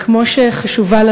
כמו שחשוב לנו